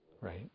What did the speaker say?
right